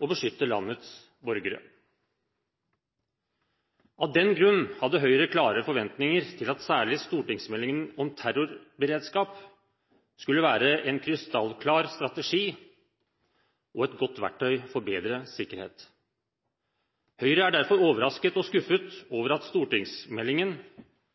å beskytte landets borgere. Av den grunn hadde Høyre klare forventninger til at særlig stortingsmeldingen om terrorberedskap ville være en krystallklar strategi og et godt verktøy for bedre sikkerhet. Høyre er derfor overrasket og skuffet over at stortingsmeldingen